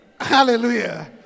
hallelujah